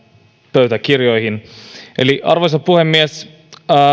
pöytäkirjoihin arvoisa puhemies